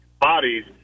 bodies